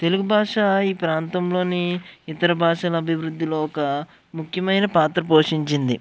తెలుగు భాష ఈ ప్రాంతంలోని ఇతర భాషల అభివృద్ధిలో ఒక ముఖ్యమైన పాత్ర పోషించింది